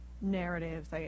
narratives